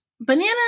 Banana